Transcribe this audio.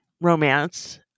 romance